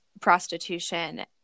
prostitution